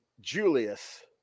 Julius